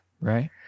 Right